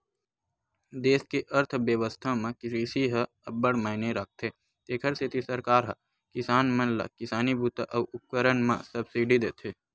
देस के अर्थबेवस्था म कृषि ह अब्बड़ मायने राखथे तेखर सेती सरकार ह किसान मन ल किसानी बूता अउ उपकरन म सब्सिडी देथे